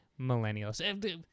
millennials